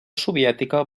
soviètica